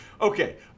Okay